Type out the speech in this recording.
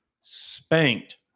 spanked